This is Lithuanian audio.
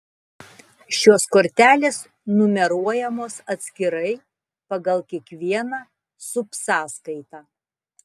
šios kortelės numeruojamos atskirai pagal kiekvieną subsąskaitą